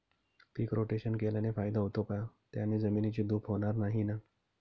पीक rotation केल्याने फायदा होतो का? त्याने जमिनीची धूप होणार नाही ना?